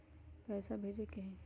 पैसा भेजे के हाइ?